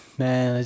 man